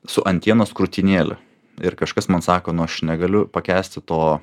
su antienos krūtinėle ir kažkas man sako nu aš negaliu pakęsti to